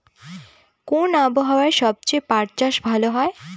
কোন আবহাওয়ায় সবচেয়ে পাট চাষ ভালো হয়?